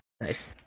Nice